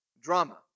drama